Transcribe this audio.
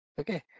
Okay